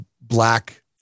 black